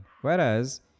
Whereas